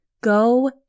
go